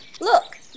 Look